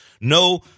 no